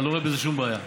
אני לא רואה בזה שום בעיה.